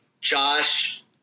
Josh